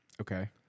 Okay